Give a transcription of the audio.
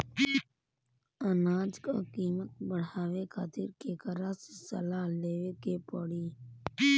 अनाज क कीमत बढ़ावे खातिर केकरा से सलाह लेवे के पड़ी?